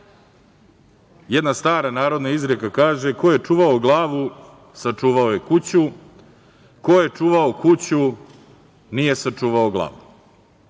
Jedna stara narodna izreka kaže - ko je čuvao glavu, sačuvao je kuću, ko je čuvao kuću, nije sačuvao glavu.